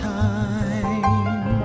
time